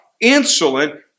insolent